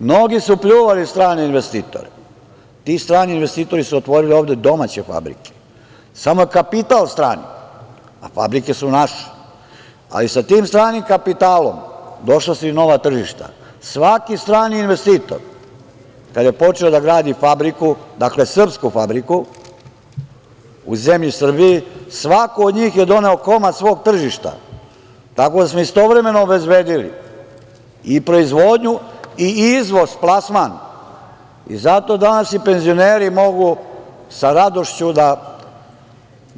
Mnogi su pljuvali strane investitore i ti strani investitori su otvorili ovde domaće fabrike, i samo je kapital strani, a fabrike su naše, i sa tim stranim kapitalom, došlo se i do novih tržišta i svaki strani investitor kada je počeo da gradi fabriku, dakle, srpsku fabriku u zemlji Srbiji, svako od njih je doneo komad svog tržišta, tako da smo istovremeno obezbedili i proizvodnju i izvoz, plasman i zato današnji penzioneri mogu sa radošću da